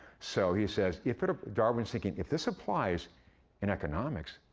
so he says if it darwin's thinking, if this applies in economics,